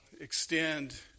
extend